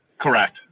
Correct